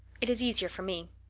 it is easier for me.